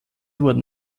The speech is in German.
wurden